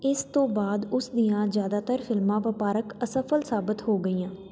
ਇਸ ਤੋਂ ਬਾਅਦ ਉਸ ਦੀਆਂ ਜ਼ਿਆਦਾਤਰ ਫਿਲਮਾਂ ਵਪਾਰਕ ਅਸਫ਼ਲ ਸਾਬਤ ਹੋ ਗਈਆਂ